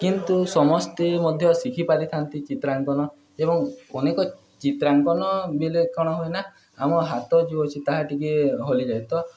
କିନ୍ତୁ ସମସ୍ତେ ମଧ୍ୟ ଶିଖିପାରିଥାନ୍ତି ଚିତ୍ରାଙ୍କନ ଏବଂ ଅନେକ ଚିତ୍ରାଙ୍କନ ବେଲେ କ'ଣ ହୁଏନା ଆମ ହାତ ଯେଉଁ ଅଛି ତାହା ଟିକେ ହଲିଯାଏ ତ